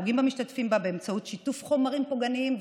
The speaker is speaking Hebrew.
פוגעים במשתתפים בה באמצעות שיתוף חומרים פוגעניים,